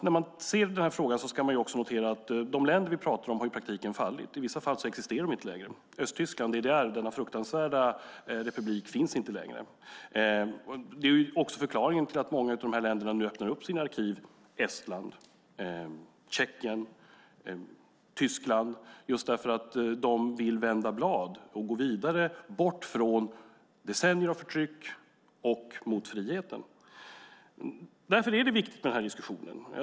När man ser den här frågan är det viktigt att notera att de länder vi pratar om i praktiken har fallit och i vissa fall inte längre existerar. Östtyskland, DDR, denna fruktansvärda republik, finns inte längre. Det är också förklaringen till att många av dessa länder nu öppnar sina arkiv, som Estland, Tjeckien och Tyskland. Det beror på att de vill vända blad och gå vidare bort från decennier av förtryck och mot friheten. Därför är den här diskussionen viktig.